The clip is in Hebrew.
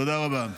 תודה רבה.